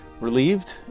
relieved